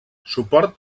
suport